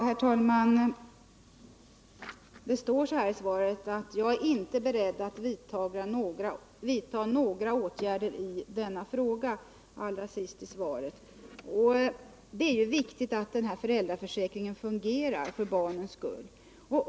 Herr talman! Det står allra sist i svaret: ”-—— är jag inte beredd att vidta några åtgärder i denna fråga.” Det är riktigt att föräldraförsäkringen fungerar för barnens skull.